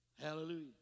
Hallelujah